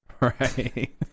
Right